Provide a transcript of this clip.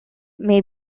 may